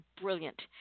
brilliant